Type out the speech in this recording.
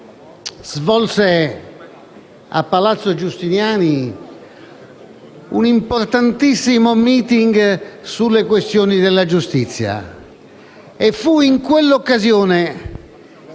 svolse a palazzo Giustiniani un importantissimo *meeting* sulle questioni della giustizia e fu in quella occasione